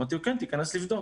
אמרתי לו: כן, תיכנס לבדוק.